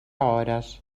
hores